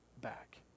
back